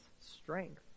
strength